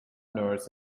nerds